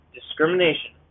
discrimination